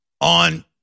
On